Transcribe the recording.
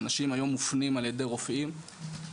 אנשים היום מופנים על ידי רופאים כשהם